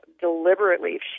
deliberately